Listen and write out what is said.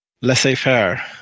laissez-faire